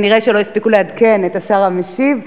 כנראה לא הספיקו לעדכן את השר המשיב.